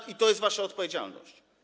I to jest wasza odpowiedzialność.